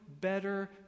better